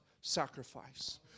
sacrifice